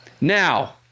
Now